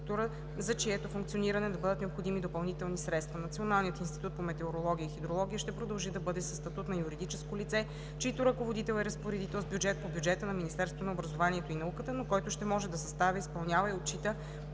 за чието функциониране да бъдат необходими допълнителни средства. Националният институт по метеорология и хидрология ще продължи да бъде със статут на юридическо лице, чийто ръководител е разпоредител с бюджет по бюджета на Министерството на образованието и науката, но който ще може да съставя, изпълнява и отчита